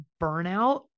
burnout